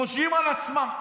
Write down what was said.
חושבים על עצמם.